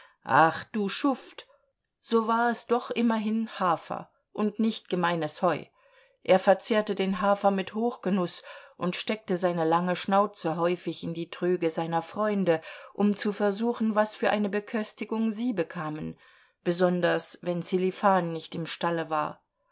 ach du schuft so war es doch immerhin hafer und nicht gemeines heu er verzehrte den hafer mit hochgenuß und steckte seine lange schnauze häufig in die tröge seiner freunde um zu versuchen was für eine beköstigung sie bekamen besonders wenn sselifan nicht im stalle war